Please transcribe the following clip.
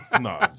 No